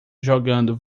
jogando